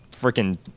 freaking